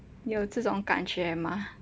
你有这种感觉吗